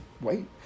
wait